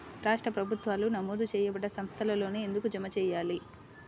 రాష్ట్ర ప్రభుత్వాలు నమోదు చేయబడ్డ సంస్థలలోనే ఎందుకు జమ చెయ్యాలి?